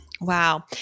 Wow